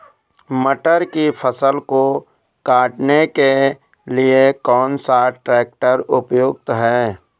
मटर की फसल को काटने के लिए कौन सा ट्रैक्टर उपयुक्त है?